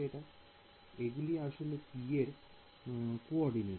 এগুলি আসলে P এর কোঅর্ডিনেট